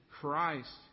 Christ